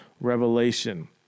revelation